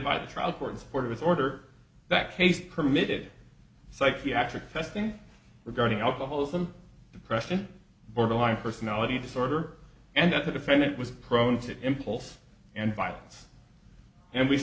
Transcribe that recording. his order that case permitted psychiatric testing regarding alcoholism depression borderline personality disorder and that the defendant was prone to impulse and violence and we